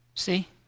See